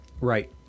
Right